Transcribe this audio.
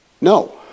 No